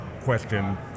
question